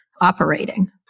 operating